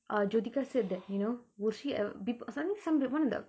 uh jyothika said that you know will she ever people suddenly some one of the